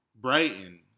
Brighton